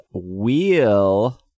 Wheel